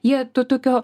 jie to tokio